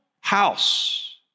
house